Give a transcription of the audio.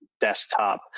desktop